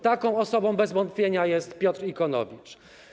Taką osobą bez wątpienia jest Piotr Ikonowicz.